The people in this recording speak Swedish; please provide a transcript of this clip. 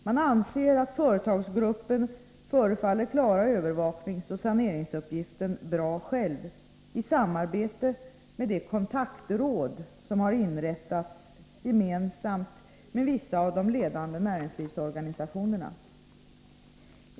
Man anser att företagsgruppen förefaller klara övervakningsoch saneringsuppgiften bra själv, i samarbete med det kontaktråd som har inrättats gemensamt med vissa av de ledande näringslivsorganisationerna.